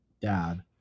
dad